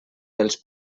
dels